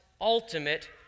ultimate